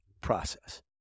process